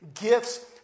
gifts